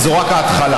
זו רק ההתחלה.